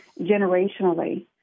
generationally